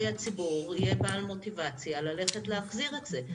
הציבור יהיה בעל מוטיבציה ללכת להחזיר את זה.